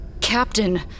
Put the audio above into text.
Captain